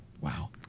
Wow